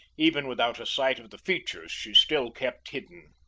even without a sight of the features she still kept hidden.